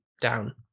down